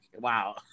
Wow